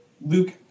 Luke